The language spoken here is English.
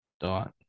dot